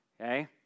okay